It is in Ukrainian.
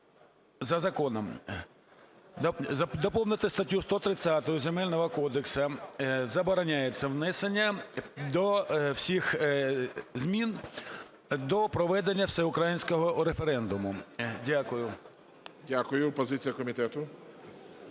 за законом". Доповнити статтю 130 Земельного кодексу: "Забороняється внесення всіх змін до проведення всеукраїнського референдуму". Дякую. ГОЛОВУЮЧИЙ. Дякую. Позиція комітету.